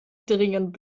dringend